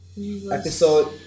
episode